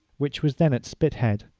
which was then at spithead,